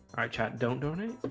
chat don't donate